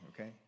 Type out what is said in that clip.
okay